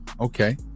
Okay